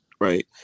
Right